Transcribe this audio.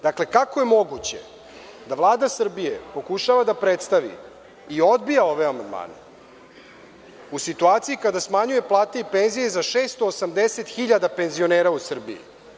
Dakle, kako je moguće da Vlada Srbije pokušava da predstavi i odbija ove amandmane u situaciji kada smanjuje plate i penzije za 680.000 penzionera u Srbiji?